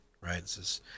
right